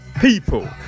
people